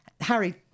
Harry